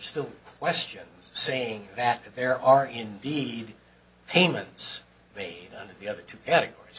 still questions saying that there are indeed payments made to the other two categories